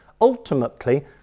Ultimately